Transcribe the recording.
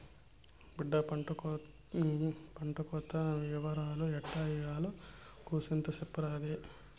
బిడ్డా పంటకోత ఇవరాలు ఎట్టా ఇయ్యాల్నో కూసింత సెప్పరాదే